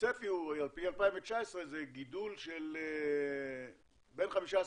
שהצפי על פי 2019 זה גידול של בין 15%